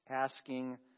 Asking